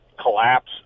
collapse